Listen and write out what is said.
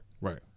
Right